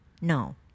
No